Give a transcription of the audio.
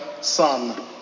Son